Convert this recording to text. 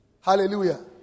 Hallelujah